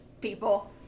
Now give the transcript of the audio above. people